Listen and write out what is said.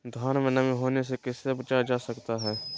धान में नमी होने से कैसे बचाया जा सकता है?